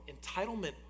Entitlement